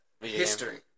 history